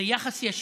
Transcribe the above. זה יחס ישיר.